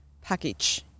package